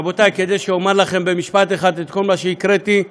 רבותי, אומר לכם במשפט אחד את כל מה שהקראתי: